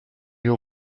your